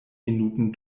minuten